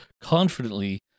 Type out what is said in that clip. confidently